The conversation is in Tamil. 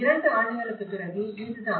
இரண்டு ஆண்டுகளுக்குப் பிறகு இதுதான்